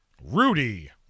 Rudy